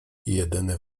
jedyny